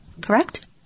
correct